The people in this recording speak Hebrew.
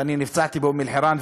ואני נפצעתי באום-אלחיראן,